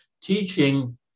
Teaching